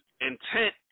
intent